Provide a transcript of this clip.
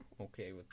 Okay